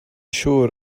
siŵr